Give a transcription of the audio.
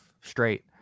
straight